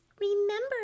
remember